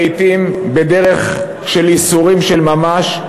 לעתים בדרך של ייסורים של ממש,